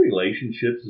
relationships